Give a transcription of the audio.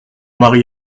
mari